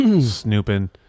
snooping